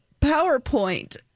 PowerPoint